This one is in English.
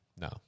No